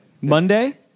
Monday